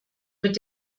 mit